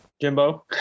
Jimbo